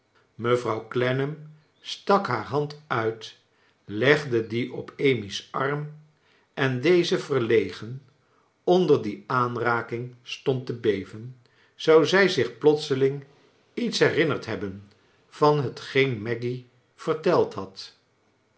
mevrouw clennam stak haar hand uit legcle die op amy's arm en deze verlegen onder die aanraking stond te beven zou zij zich plotseling iets herinnerd hebben van hetgeen maggy verteld had